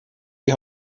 die